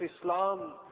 Islam